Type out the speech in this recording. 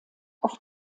auf